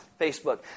Facebook